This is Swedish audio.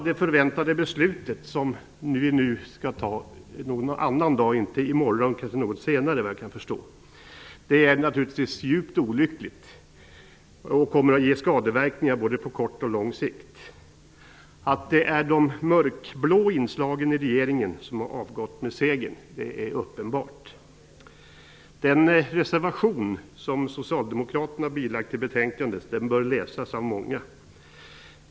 Det beslut som vi skall fatta -- inte i morgon, utan efter vad jag kan förstå något senare -- är naturligtvis djupt olyckligt, och det kommer att ge skadeverkningar på både kort och lång sikt. Att det är de mörkblå inslagen i regeringen som har avgått med segern är uppenbart. Den reservation som Socialdemokraterna har bilagt betänkandet bör läsas av många.